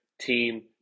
team